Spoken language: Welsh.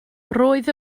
roedd